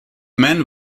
men